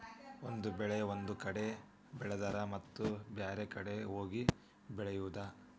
ಒಂದ ಬೆಳೆ ಒಂದ ಕಡೆ ಬೆಳೆದರ ಮತ್ತ ಬ್ಯಾರೆ ಕಡೆ ಹೋಗಿ ಬೆಳಿಯುದ